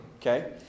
okay